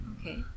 Okay